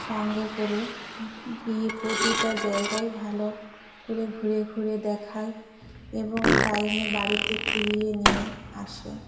সঙ্গে করে গিয়ে প্রতিটা জায়াগায় ভালো করে ঘুরে ঘুরে দেখায় এবং টাইমে বাড়িতে ফিরিয়ে নিয়ে আসে